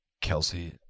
Kelsey